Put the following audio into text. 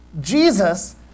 Jesus